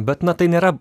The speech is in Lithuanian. bet na tai nėra